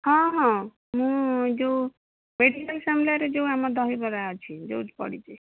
ହଁ ହଁ ମୁଁ ଯେଉଁ ମେଡ଼ିକାଲ୍ ସାମ୍ନାରେ ଯେଉଁ ଆମ ଦହିବରା ଅଛି ଯେଉଁଠି ପଡ଼ିଛି